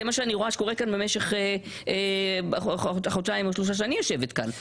זה מה שאני רואה שקורה כאן במשך החודשיים-שלושה שאני יושבת כאן.